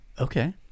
okay